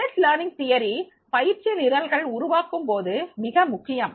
பெரியவர் கற்கம் கோட்பாடு பயிற்சி நிரல்கள் உருவாக்கும் போது மிக முக்கியம்